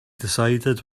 decided